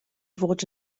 fod